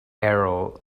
arrow